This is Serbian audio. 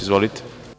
Izvolite.